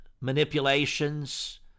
manipulations